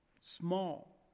small